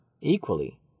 equally